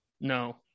No